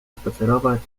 spacerować